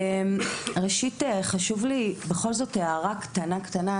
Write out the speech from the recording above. ראשית חשוב לי בכל זאת הערה קטנה קטנה,